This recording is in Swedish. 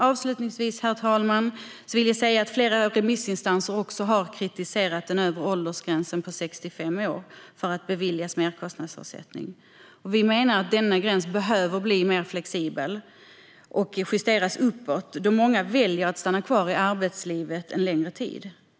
Avslutningsvis, herr talman, vill jag säga att flera remissinstanser har kritiserat den övre åldersgränsen på 65 år för att beviljas merkostnadsersättning. Vi menar att denna gräns behöver bli mer flexibel och justeras uppåt, då många väljer att stanna i arbetslivet en längre tid.